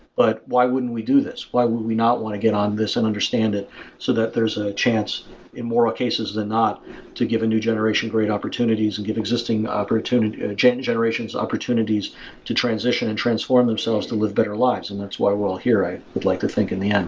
but why wouldn't we do this? why would we not want to get on this and understand it so that there's a chance in more cases than not to give a new generation great opportunities and give existing opportunity generations opportunities to transition and transform themselves to live better lives, and that's why we're all here, i would like to think in the end.